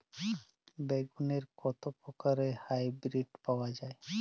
বেগুনের কত প্রকারের হাইব্রীড পাওয়া যায়?